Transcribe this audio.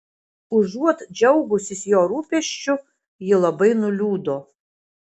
užuot džiaugusis jo rūpesčiu ji labai nuliūdo